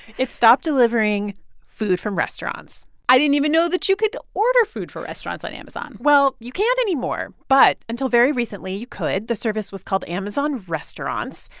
it stopped delivering food from restaurants i didn't even know that you could order food from restaurants on amazon well, you can't anymore. but until very recently you could. the service was called amazon restaurants.